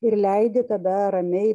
ir leidi tada ramiai